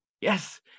yes